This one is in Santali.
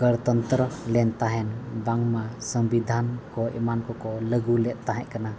ᱜᱚᱱᱛᱚᱱᱛᱨᱚ ᱞᱮᱱ ᱛᱟᱦᱮᱱ ᱵᱟᱝᱢᱟ ᱥᱚᱝᱵᱤᱫᱷᱟᱱ ᱠᱚ ᱮᱢᱟᱱ ᱠᱚᱠᱚ ᱞᱟᱹᱜᱩᱞᱮᱫ ᱛᱟᱦᱮᱸᱠᱟᱱᱟ